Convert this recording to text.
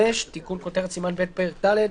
תיקון כותרת סימן ב' בפרק ד'